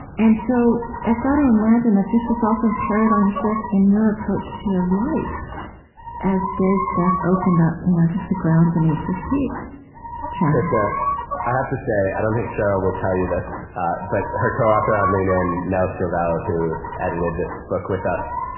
and so i've got to imagine this was also a paradigm shift in your approach to your life as dave's death opened up you know just the ground beneath your feet krista, i have to say i don't think sheryl will tell you this but her co-author on lean in, nell scovell, who edited this book with us,